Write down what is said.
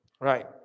right